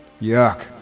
Yuck